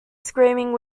screaming